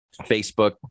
Facebook